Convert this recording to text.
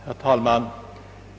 Herr talman!